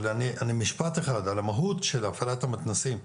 אבל משפט אחד על המהות של הפעלת המתנ"סים.